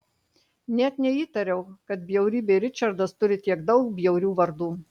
net neįtariau kad bjaurybė ričardas turi tiek daug bjaurių vardų